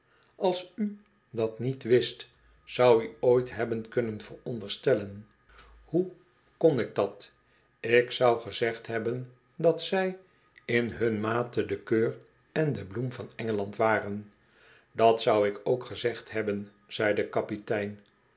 als u dat niet wist zoudt u ooit hebben kunnen veronderstellen hoe kon ik dat ik zou gezegd hebben dat zij in hun mate de keur en de bloem van engeland waren dat zou ik ook gezegd hebben zei de kapitein